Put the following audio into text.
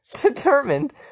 determined